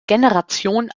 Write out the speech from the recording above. generation